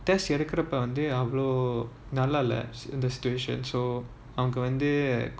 test எடுக்குறப்போ வந்து நல்லா இல்ல:edukurappo vanthu nallaa illa in the situation so அங்க வந்து:anga vanthu